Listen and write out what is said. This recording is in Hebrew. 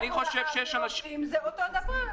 זה אותו דבר.